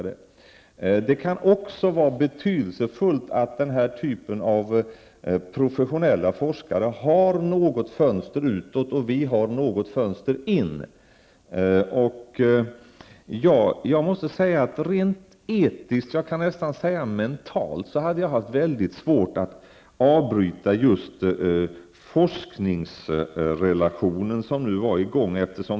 Det kan också vara betydelsefullt att denna typ av professionella forskare har något fönster utåt och att vi har något fönster in till dem. Jag måste säga att jag rent etiskt eller mentalt skulle ha haft svårt att avbryta den forskningsrelation som nu finns.